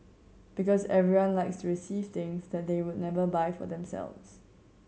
because everyone likes to receive things that they would never buy for themselves